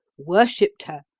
worshipped her,